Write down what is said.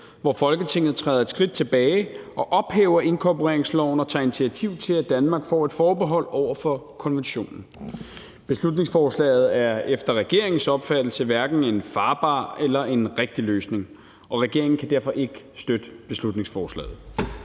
hvor Folketinget træder et skridt tilbage, ophæver inkorporeringsloven og tager initiativ til, at Danmark får et forbehold for konventionen. Beslutningsforslaget er efter regeringens opfattelse hverken en farbar eller en rigtig løsning, og regeringen kan derfor ikke støtte beslutningsforslaget.